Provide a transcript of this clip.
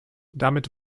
damit